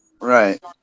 Right